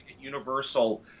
Universal